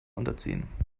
unterziehen